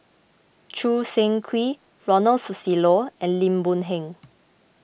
Choo Seng Quee Ronald Susilo and Lim Boon Heng